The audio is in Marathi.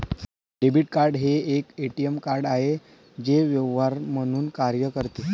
डेबिट कार्ड हे एक ए.टी.एम कार्ड आहे जे व्यवहार म्हणून कार्य करते